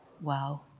Wow